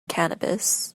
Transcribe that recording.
cannabis